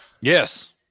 Yes